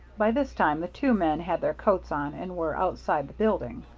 by this time the two men had their coats on, and were outside the building.